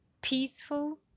peaceful